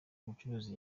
abacuruzi